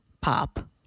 pop